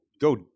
go